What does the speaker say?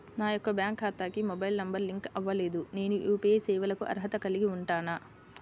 నా యొక్క బ్యాంక్ ఖాతాకి మొబైల్ నంబర్ లింక్ అవ్వలేదు నేను యూ.పీ.ఐ సేవలకు అర్హత కలిగి ఉంటానా?